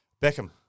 Beckham